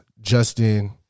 Justin